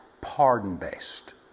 pardon-based